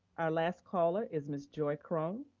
our last caller is ms. joy chrome.